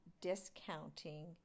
discounting